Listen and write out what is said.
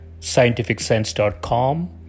scientificsense.com